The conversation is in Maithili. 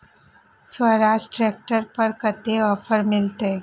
स्वराज ट्रैक्टर पर कतेक ऑफर मिलते?